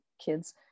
kids